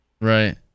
Right